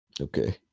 Okay